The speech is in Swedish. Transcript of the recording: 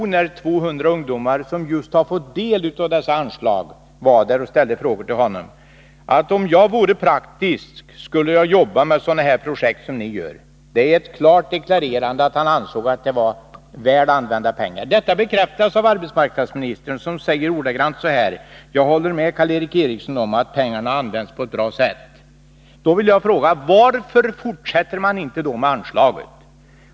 När 200 ungdomar, som just har fått del av dessa anslag, ställde frågor till honomii Örebro sade han: Om jag vore praktisk, skulle jag jobba med sådana projekt som ni. Det var ett klart deklarerande av att han ansåg att det var väl använda pengar. Detta bekräftas av arbetsmarknadsministern, som säger ordagrant så här: Jag håller med Karl Erik Eriksson om att pengarna används på ett bra sätt. Nu vill jag fråga: Varför fortsätter man då inte med anslaget?